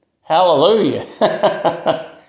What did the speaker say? Hallelujah